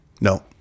No